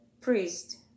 priest